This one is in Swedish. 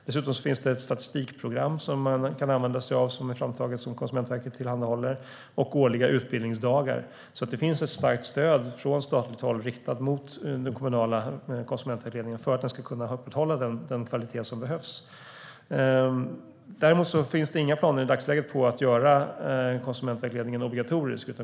Det finns ett statistikprogram som Konsumentverket tillhandahåller och årliga utbildningsdagar. Det finns ett starkt stöd från statligt håll riktat mot den kommunala konsumentvägledningen för att upprätthålla den kvalitet som behövs. Däremot finns inga planer i dagsläget på att göra konsumentvägledningen obligatorisk.